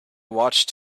watched